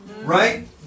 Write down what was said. Right